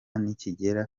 nikigera